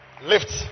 Lift